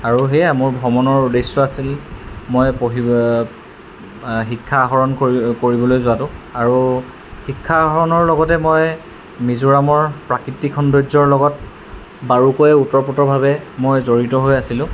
আৰু সেয়া মোৰ ভ্ৰমণৰ উদ্দেশ্য আছিল মই শিক্ষা আহৰণ কৰিবলৈ যোৱাটো আৰু শিক্ষা আহৰণৰ লগতে মই মিজোৰামৰ প্ৰাকৃতিক সৌন্দৰ্যৰ লগত বাৰুকৈয়ে ওতঃপ্ৰোতভাৱে মই জড়িত হৈ আছিলোঁ